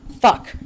Fuck